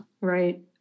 right